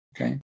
Okay